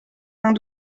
vingt